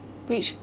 which